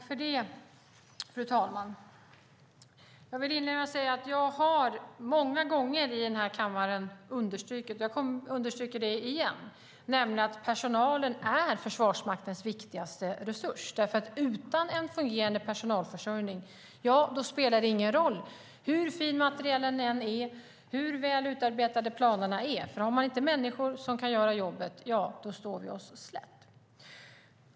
Fru talman! Jag vill inleda med att jag många gånger i den här kammaren har understrukit, och jag gör det igen, att personalen är Försvarsmaktens viktigaste resurs. Utan en fungerande personalförsörjning spelar det ingen roll hur fin materielen än är eller hur väl utarbetade planerna är, för har vi inte människor som kan göra jobbet står vi oss slätt.